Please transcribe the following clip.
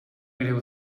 greu